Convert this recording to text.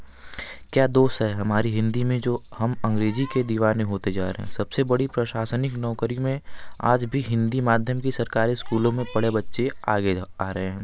क्या दोष है हमारी हिंदी में जो हम अंग्रेजी के दीवाने होते जा रहें सबसे बड़ी प्रशासनिक नौकरी में आज भी हिंदी माध्यम की सरकारी स्कूलों में पढ़े बच्चे आगे आ रहें हैं